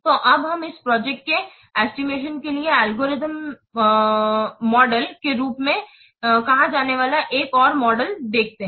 तो अब हम इस प्रोजेक्ट के एस्टिमेशन के लिए एल्गोरिथम मॉडल algorithm मॉडल के रूप में कहा जाने वाला एक और मॉडल देखते हैं